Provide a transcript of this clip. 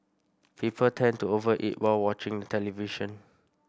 people tend to over eat while watching the television